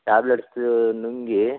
tablets ನುಂಗಿ